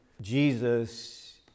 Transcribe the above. Jesus